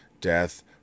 death